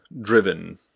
driven